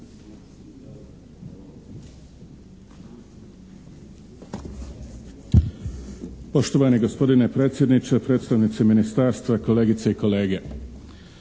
Poštovani gospodine predsjedniče, predstavnici ministarstva, kolegice i kolege!